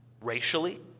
racially